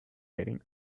getting